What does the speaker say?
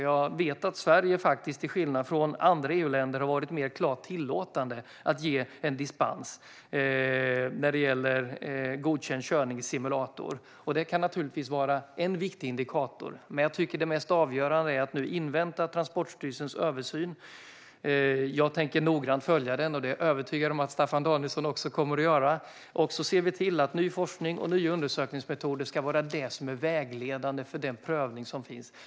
Jag vet att Sverige till skillnad från andra EU-länder har varit mer klart tilllåtande med att ge dispens när det gäller godkänd körning i simulator. Det kan naturligtvis vara en viktig indikator. Men det mest avgörande är att invänta Transportstyrelsens översyn. Jag tänker noggrant följa den, och det är jag övertygad om att Staffan Danielsson också kommer att göra. Vi ska se till att ny forskning och nya undersökningsmetoder är vägledande för den prövning som sker.